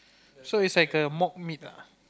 so is like a mock meat ah